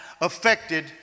affected